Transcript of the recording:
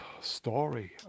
story